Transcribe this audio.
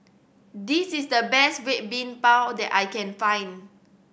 this is the best Red Bean Bao that I can find